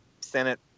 Senate